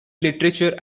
literature